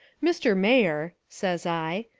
mr. mayor says i,